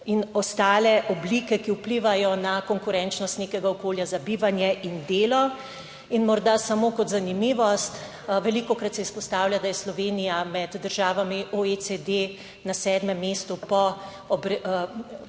in ostale oblike, ki vplivajo na konkurenčnost nekega okolja za bivanje in delo. In morda samo kot zanimivost, velikokrat se izpostavlja, da je Slovenija med državami OECD na sedmem mestu po obremenitvi